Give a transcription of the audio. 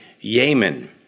Yemen